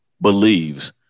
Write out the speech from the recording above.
believes